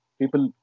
people